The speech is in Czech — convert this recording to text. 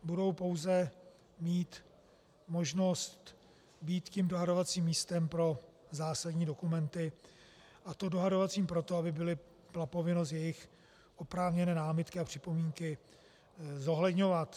Budou pouze mít možnost být tím dohadovacím místem pro zásadní dokumenty, a to dohadovacím proto, aby byla povinnost jejich oprávněné námitky a připomínky zohledňovat.